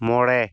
ᱢᱚᱬᱮ